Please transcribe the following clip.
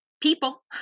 people